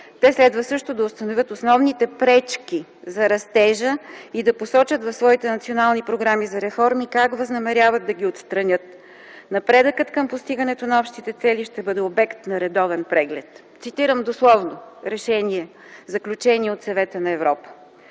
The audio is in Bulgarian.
Следва също да установят основните пречки за растежа и да посочат в своите национални програми за реформи как възнамеряват да ги отстранят. Напредъкът към постигането на общите цели ще бъде обект на редовен преглед.” Цитирам дословно заключение от Съвета на Европа.